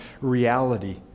reality